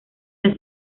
las